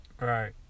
right